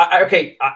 Okay